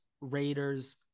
Raiders